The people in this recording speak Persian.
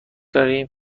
داریم